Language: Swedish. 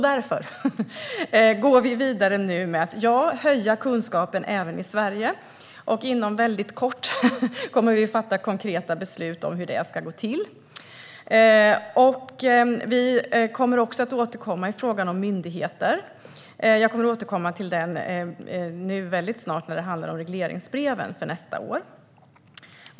Därför går vi vidare med att höja kunskapen även i Sverige, och inom väldigt kort kommer vi att fatta konkreta beslut om hur detta ska gå till. Vi kommer att återkomma i frågan om myndigheter. Jag återkommer till den väldigt snart, när det handlar om regleringsbreven för nästa år.